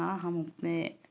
हाँ हम अपने